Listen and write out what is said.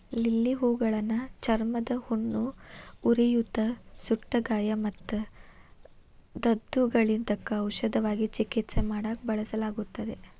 lily ಹೂಗಳನ್ನ ಚರ್ಮದ ಹುಣ್ಣು, ಉರಿಯೂತ, ಸುಟ್ಟಗಾಯ ಮತ್ತು ದದ್ದುಗಳಿದ್ದಕ್ಕ ಔಷಧವಾಗಿ ಚಿಕಿತ್ಸೆ ಮಾಡಾಕ ಬಳಸಲಾಗುತ್ತದೆ